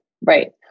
Right